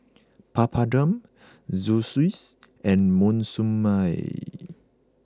Papadum Zosui and Monsunabe